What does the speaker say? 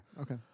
Okay